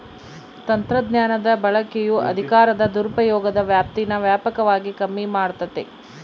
ತಂತ್ರಜ್ಞಾನದ ಬಳಕೆಯು ಅಧಿಕಾರದ ದುರುಪಯೋಗದ ವ್ಯಾಪ್ತೀನಾ ವ್ಯಾಪಕವಾಗಿ ಕಮ್ಮಿ ಮಾಡ್ತತೆ